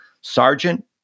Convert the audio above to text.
sergeant